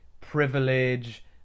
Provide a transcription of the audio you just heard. privilege